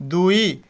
ଦୁଇ